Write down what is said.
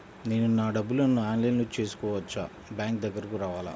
నేను నా డబ్బులను ఆన్లైన్లో చేసుకోవచ్చా? బ్యాంక్ దగ్గరకు రావాలా?